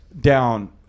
down